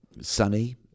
Sunny